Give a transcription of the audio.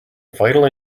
vital